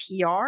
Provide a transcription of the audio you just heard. PR